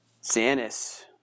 Sanus